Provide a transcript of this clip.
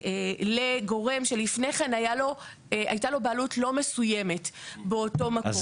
לגורם שלפני כן הייתה לו בעלות לא מסוימת באותו מקום.